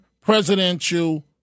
presidential